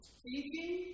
Speaking